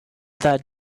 that